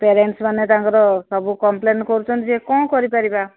ପାରେଣ୍ଟସ୍ମାନେ ତାଙ୍କର ସବୁ କମ୍ପ୍ଲେନ କରୁଛନ୍ତି ଯେ କ'ଣ କରିପାରିବା